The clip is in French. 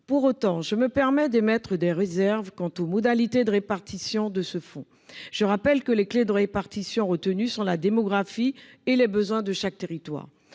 Pour autant, je me permets d'émettre des réserves quant aux modalités de répartition de ce fonds. Je rappelle que les clés de répartition retenues sont la démographie et les besoins de chaque territoire.